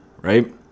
right